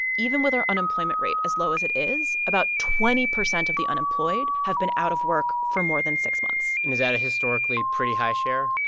even with our unemployment rate as low as it is, about twenty percent of the unemployed have been out of work for more than six months and is that a historically pretty high share?